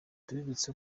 tubibutse